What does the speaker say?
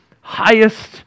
highest